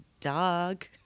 dog